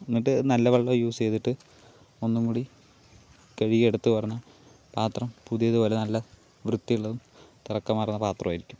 എന്നിട്ട് നല്ല വെള്ളം യൂസ് ചെയ്തിട്ട് ഒന്നുകൂടി കഴുകിയെടുത്ത് പറഞ്ഞാൽ പാത്രം പുതിയത് പോലെ നല്ല വൃത്തിയുള്ളതും തിളക്കമാർന്ന പാത്രമായിരിക്കും